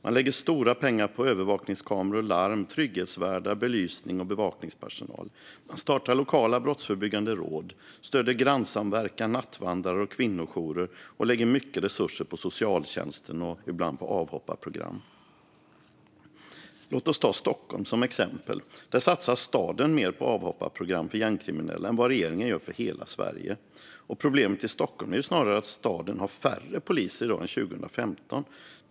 Man lägger stora pengar på övervakningskameror, larm, trygghetsvärdar, belysning och bevakningspersonal. Man startar lokala brottsförebyggande råd, stöder grannsamverkan, nattvandrare och kvinnojourer och lägger mycket stora resurser på socialtjänsten och ibland på avhopparprogram. Låt oss ta Stockholm som exempel. Där satsar staden mer på avhopparprogram för gängkriminella än vad regeringen gör för hela Sverige. Problemet i Stockholm är snarare att staden har färre poliser i dag än 2015.